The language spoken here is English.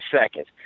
seconds